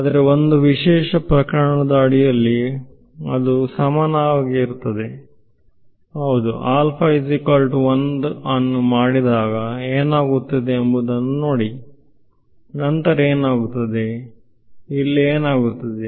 ಆದರೆ ಒಂದು ವಿಶೇಷ ಪ್ರಕರಣದ ಅಡಿಯಲ್ಲಿ ಅದು ಸಮಾನವಾಗಿರುತ್ತದೆ ಹೌದು ನ್ನು ಮಾಡಿದಾಗ ಏನಾಗುತ್ತದೆ ಎಂಬುದನ್ನು ನೋಡಿ ಸರಿ ನಂತರ ಏನಾಗುತ್ತದೆ ಇಲ್ಲಿ ಏನಾಗುತ್ತದೆ